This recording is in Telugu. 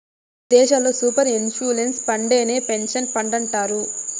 కొన్ని దేశాల్లో సూపర్ ఎన్యుషన్ ఫండేనే పెన్సన్ ఫండంటారు